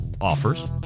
offers